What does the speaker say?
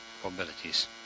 probabilities